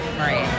Marie